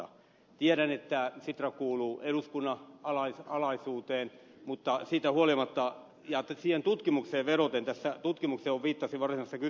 tiedän että sitra kuuluu eduskunnan alaisuuteen mutta kysyn siitä huolimatta ja siihen tutkimukseen vedoten johon viittasin varsinaisessa kysymyksessä